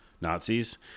Nazis